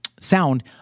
sound